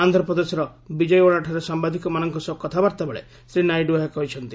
ଆନ୍ଦ୍ରପ୍ରଦେଶର ବିଜୟଓ୍ୱାଡାଠାରେ ସାମ୍ଭାଦିକମାନଙ୍କ ସହ କଥାବାର୍ତ୍ତା ବେଳେ ଶ୍ରୀ ନାଇଡୁ ଏହା କହିଛନ୍ତି